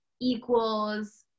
equals